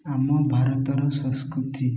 ଆମ ଭାରତର ସଂସ୍କୃତି